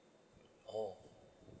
oh